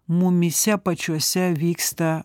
mumyse pačiuose vyksta